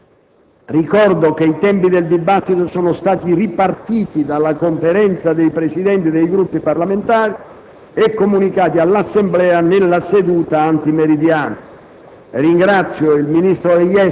Ricordo che i tempi del dibattito sono stati ripartiti dalla Conferenza dei Presidenti dei Gruppi parlamentari e comunicati all'Assemblea nella seduta antimeridiana.